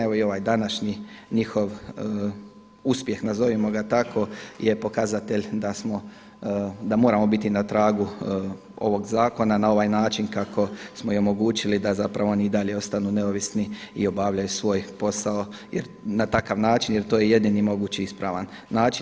Evo i ovaj današnji njihov uspjeh, nazovimo ga tako, je pokazatelj da moramo biti na tragu ovog zakona na ovaj način kako smo i omogućili da oni i dalje ostanu neovisni i obavljaju svoj posao jer na takav način jer to je jedini mogući ispravan način.